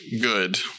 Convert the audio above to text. good